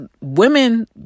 women